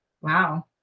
Wow